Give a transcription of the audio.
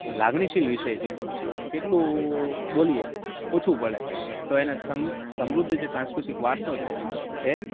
લાગણીશીલ વિષય છે કેટલું બોલીએ ઓછું પડે તો એને સમૃદ્ધ જે સાંસ્કૃતિક વારસો છે એ